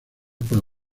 para